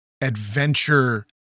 adventure